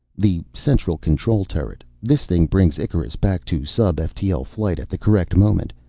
the central control turret. this thing brings icarus back to sub-ftl flight at the correct moment.